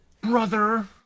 Brother